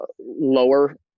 lower